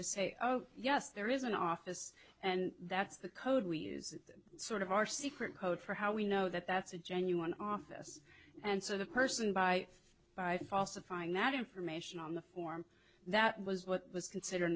to say oh yes there is an office and that's the code we use sort of our secret code for how we know that that's a genuine office and sort of person by by falsifying that information on the form that was what was considered